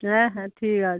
হ্যাঁ হ্যাঁ ঠিক আছে